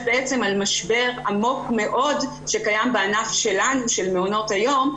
על משבר עמוק מאוד שקיים בענף שלנו של מעונות היום,